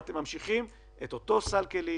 אבל אתם ממשיכים את אותו סל כלים,